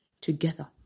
together